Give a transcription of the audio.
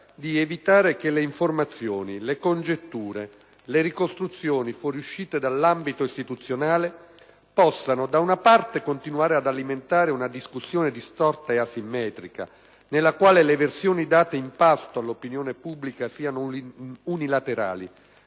di evitare che le informazioni, le congetture e le ricostruzioni fuoriuscite dall'ambito istituzionale possano, da una parte, continuare ad alimentare una discussione distorta e asimmetrica nella quale le versioni date in pasto all'opinione pubblica siano unilaterali,